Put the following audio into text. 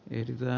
ei sitä